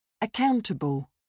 Accountable